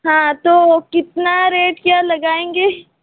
हाँ तो कितना रेट क्या लगाएंगे